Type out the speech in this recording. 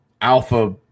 alpha